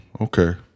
Okay